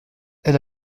elle